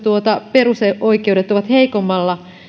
perusoikeudet ovat heikommalla